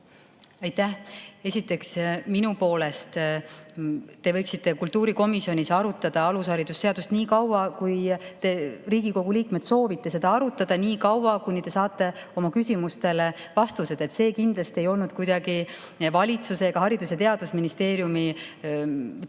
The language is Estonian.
Aitäh! Esiteks, minu poolest te võiksite kultuurikomisjonis arutada alushariduse seadust nii kaua, kui te, Riigikogu liikmed, soovite seda arutada, nii kaua, kuni te saate oma küsimustele vastused. See kindlasti ei olnud ei valitsuse ega Haridus- ja Teadusministeeriumi tingimus